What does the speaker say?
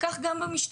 וכך גם במשטרה.